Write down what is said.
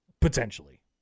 potentially